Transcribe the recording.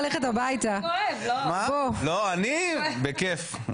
אני בכייף,